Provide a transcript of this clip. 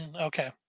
okay